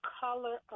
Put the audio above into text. color